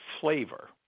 flavor